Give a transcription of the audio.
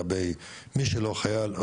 נשאלתי לגבי מי שלא חייל,